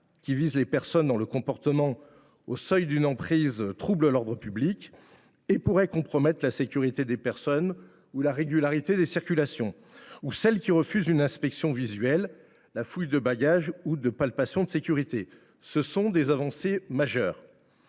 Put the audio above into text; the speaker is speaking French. qui vise les personnes dont le comportement au seuil d’une emprise trouble l’ordre public et pourrait compromettre la sécurité des personnes ou la régularité des circulations, ainsi que celles qui refusent une inspection visuelle, la fouille de bagages ou des palpations de sécurité. Ces avancées sont majeures.